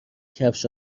کفش